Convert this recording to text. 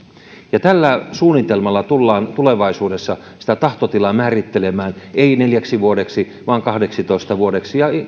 ja tällä suunnitelmalla tullaan tulevaisuudessa sitä tahtotilaa määrittelemään ei neljäksi vuodeksi vaan kahdeksitoista vuodeksi ja